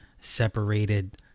separated